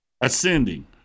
ascending